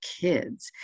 kids